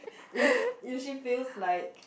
if if she feels like